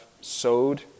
sowed